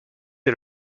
est